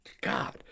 God